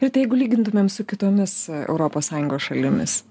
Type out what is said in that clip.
rita jeigu lygintumėm su kitomis europos sąjungos šalimis